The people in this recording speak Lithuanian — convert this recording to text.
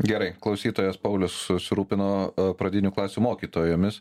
gerai klausytojas paulius susirūpino pradinių klasių mokytojomis